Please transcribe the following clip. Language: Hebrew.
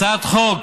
הצעת חוק